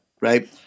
right